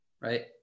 right